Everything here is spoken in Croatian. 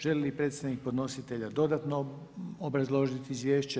Želi li predstavnik podnositelja dodatno obrazložiti izvješće?